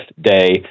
day